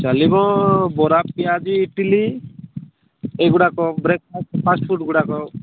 ଚାଲିବ ବରା ପିଆଜି ଇଟିଲି ଏଗୁଡ଼ାକ ବ୍ରେକ୍ ଫାଷ୍ଟ୍ ଫୁଡ଼୍ଗୁଡ଼ାକ